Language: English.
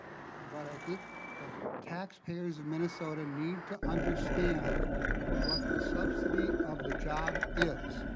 but i think the taxpayers of minnesota need to understand what the subsidy of the job is.